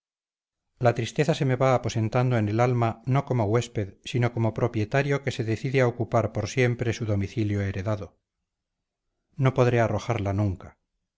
la tristeza se me va aposentando en el alma no como huésped sino como propietario que se decide a ocupar por siempre su domicilio heredado no podré arrojarla nunca